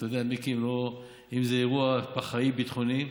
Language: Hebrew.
אתה יודע, מיקי, אם זה אירוע פח"עי ביטחוני,